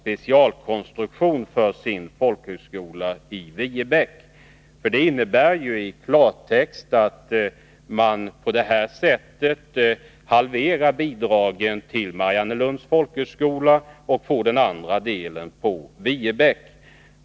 Propositionens förslag innebär i klartext att man halverar bidraget till Mariannelunds folkhögskola och för över den andra delen på Viebäck.